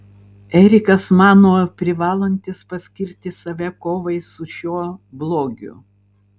erikas mano privalantis paskirti save kovai su šiuo blogiu